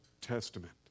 Testament